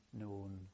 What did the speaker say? known